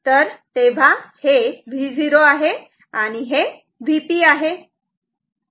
तेव्हा हे Vo आहे आणि हे Vp आहे